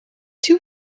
too